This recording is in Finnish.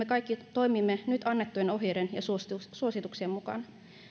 kaikki toimimme nyt annettujen ohjeiden ja suosituksien mukaan